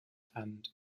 and